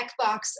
checkbox